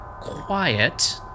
quiet